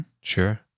sure